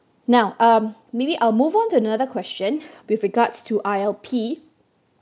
now um maybe I'll move on to another question with regards to I_L_P